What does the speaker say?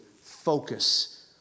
focus